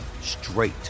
straight